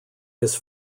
his